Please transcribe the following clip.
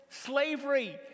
slavery